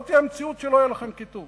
לא תהיה מציאות שלא יהיו לכם כיתות.